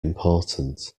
important